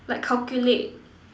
like calculate